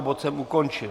Bod jsem ukončil.